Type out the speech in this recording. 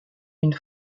une